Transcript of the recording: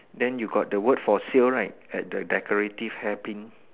then you got the word for sale right at the decorative hair pin